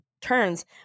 turns